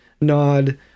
nod